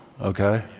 Okay